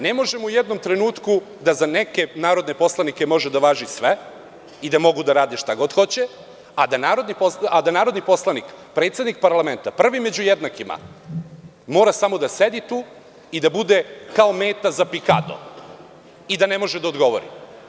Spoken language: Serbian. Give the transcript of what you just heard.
Ne može u jednom trenutku, da za neke narodne poslanike, da važi sve i da mogu da rade šta god hoće, a da narodni poslanik, predsednik parlamenta, prvi među jednakima, mora samo da sedi i da bude kao meta za pikado i da ne može da odgovori.